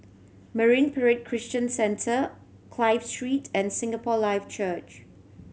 Marine Parade Christian Centre Clive Street and Singapore Life Church